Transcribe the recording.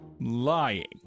lying